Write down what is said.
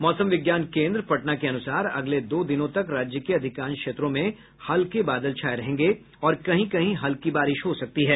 मौसम विज्ञान केंद्र पटना के अनुसार अगले दो दिनों तक राज्य के अधिकांश क्षेत्रों में हल्के बादल छाये रहेंगे और कहीं कहीं हल्की बारिश हो सकती है